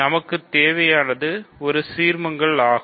நமக்குத் தேவையானது ஒரு சீர்மங்கள் ஆகும்